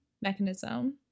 mechanism